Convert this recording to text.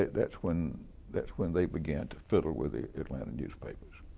that's when that's when they began to fiddle with the atlanta newspapers,